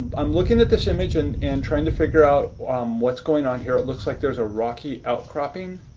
i'm looking at this image and and trying to figure out what's going on here. it looks like there's a rocky outcropping.